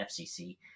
FCC